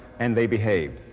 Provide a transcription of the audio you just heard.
and they behaved.